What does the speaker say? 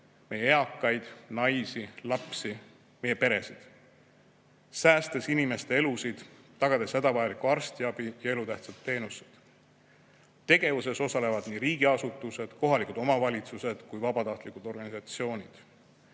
meie eakaid, naisi, lapsi, meie peresid, säästes inimeste elusid, tagades hädavajaliku arstiabi ja elutähtsad teenused. Tegevuses osalevad nii riigiasutused, kohalikud omavalitsused kui ka vabatahtlikud organisatsioonid.